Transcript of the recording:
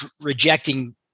rejecting